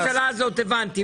לגבי הממשלה הזאת הבנתי.